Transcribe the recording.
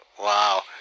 wow